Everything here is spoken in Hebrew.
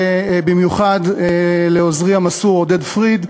ובמיוחד לעוזרי המסור עודד פריד.